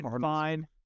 fine